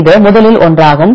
இது முதலில் ஒன்றாகும்